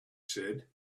said